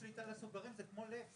אי שליטה על הסוגרים זה כמו לב.